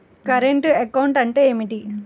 Current account అంటే ఏమిటి?